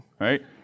right